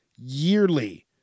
yearly